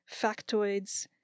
factoids